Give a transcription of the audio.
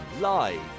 live